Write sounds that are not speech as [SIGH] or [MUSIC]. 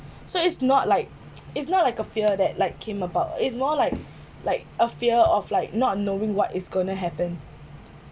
so it's not like [NOISE] it's not like a fear that like came about is more like like a fear of like not knowing what is gonna happen